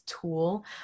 tool